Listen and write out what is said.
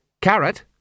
Carrot